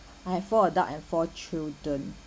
I've four adult and four children